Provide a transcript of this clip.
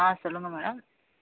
ஆ சொல்லுங்கள் மேடம்